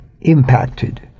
impacted